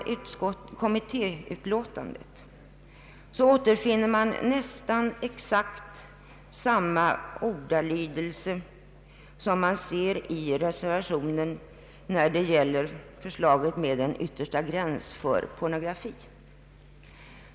I kommittéutlåtandet återfinner man nästan exakt samma ordalydelse som i reservationen när det gäller förslaget om en yttersta gräns för pornografi.